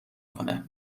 کنه